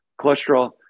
cholesterol